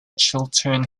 chiltern